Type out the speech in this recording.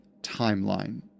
timeline